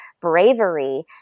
bravery